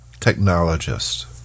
technologist